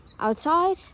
outside